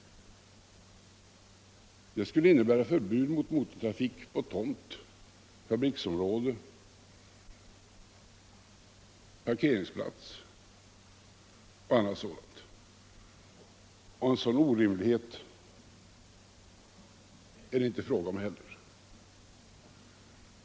Det skulle innebära förbud mot motortrafik på tomt, fabriksområde, parkeringsplats och annat sådant, men en sådan orimlighet är det inte fråga om.